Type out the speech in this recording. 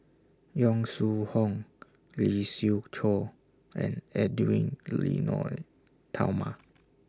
Yong Shu Hoong Lee Siew Choh and Edwy Lyonet Talma